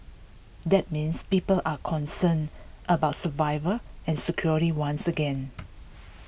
that means people are concerned about survival and security once again